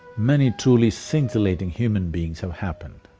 many truly scintillating human beings have happened.